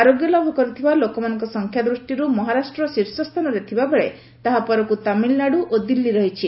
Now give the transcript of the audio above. ଆରୋଗ୍ୟ ଲାଭ କରିଥିବା ଲୋକମାନଙ୍କ ସଂଖ୍ୟା ଦୃଷ୍ଟିରୁ ମହାରାଷ୍ଟ୍ର ଶୀର୍ଷସ୍ଥାନରେ ଥିବାବେଳେ ତାହା ପରକୁ ତାମିଲନାଡୁ ଓ ଦିଲ୍ଲୀ ରହିଛି